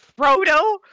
Frodo